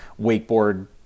wakeboard